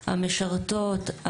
המשרתות,